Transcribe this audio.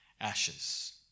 ashes